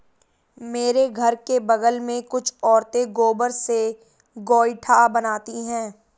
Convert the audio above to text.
मेरे घर के बगल में कुछ औरतें गोबर से गोइठा बनाती है